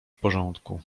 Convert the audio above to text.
porządku